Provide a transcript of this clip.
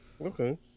Okay